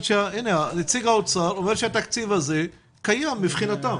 נציג האוצר אומר שהתקציב הזה קיים מבחינתם.